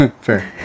Fair